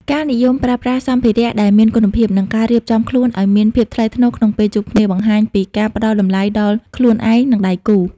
ការនិយមប្រើប្រាស់សម្ភារៈដែលមានគុណភាព និងការរៀបចំខ្លួនឱ្យមានភាពថ្លៃថ្នូរក្នុងពេលជួបគ្នា បង្ហាញពីការផ្ដល់តម្លៃដល់ខ្លួនឯង និងដៃគូ។